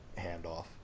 handoff